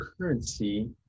currency